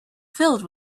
filled